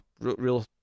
real